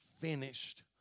finished